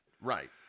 Right